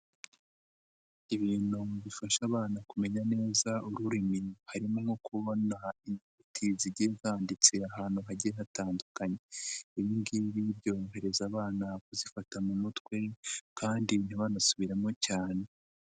Ibintu bifasha abana kumenya neza ururimi harimo nko kubona inyuguti zigiye zanditse ahantu hagiye hatandukanye ibingibi byorohereza abana kuzifata mu mutwe kandi ntibanasubiremo cyane.